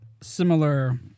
similar